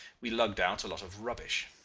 we lugged out a lot of rubbish.